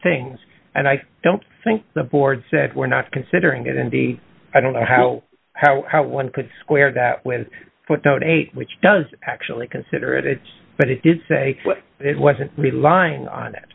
things and i don't think the board said we're not considering it andy i don't know how how how one could square that with footnote eight which does actually consider edits but it did say it wasn't relying on it